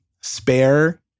spare